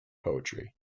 poetry